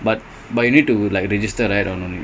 then but